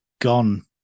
gone